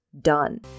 done